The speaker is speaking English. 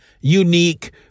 unique